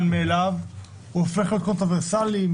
מאליו הוא הופך להיות קונטרוברסאלי.